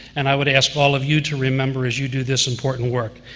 and i would ask all of you to remember as you do this important work.